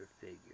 figure